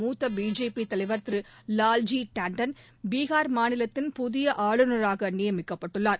முத்த பிஜேபி தலைவர் திரு வால்ஜி டாண்டன் பீஹார் மாநிலத்தின் புதிய ஆளுநராக நியமிக்கப்பட்டுள்ளார்